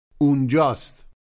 Unjust